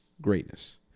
greatness